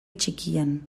txikian